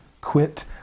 quit